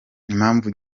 impamvu